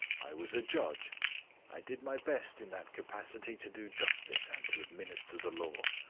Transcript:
i was a judge i did my best in that capacity to do justice and to administer the law.